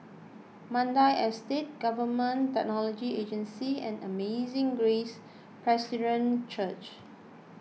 Mandai Estate Government Technology Agency and Amazing Grace Presbyterian Church